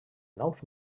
nous